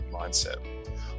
mindset